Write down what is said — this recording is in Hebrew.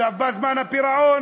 בא זמן הפירעון.